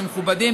שמכובדים,